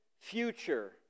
future